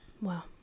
Wow